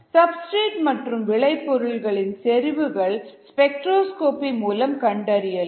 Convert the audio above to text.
substrate மற்றும் விளை பொருள்களின் செறிவுகள் ஸ்பெக்ட்ரோஸ்கோபி மூலம் கண்டறியலாம்